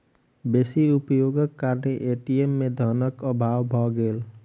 बेसी उपयोगक कारणेँ ए.टी.एम में धनक अभाव भ गेल